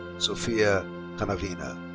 sofia cannavina.